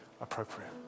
appropriate